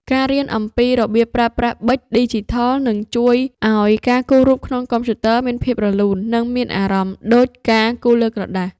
ការរៀនអំពីរបៀបប្រើប្រាស់ប៊ិចឌីជីថលនឹងជួយឱ្យការគូររូបក្នុងកុំព្យូទ័រមានភាពរលូន និង មានអារម្មណ៍ដូចការគូរលើក្រដាស។